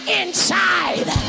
inside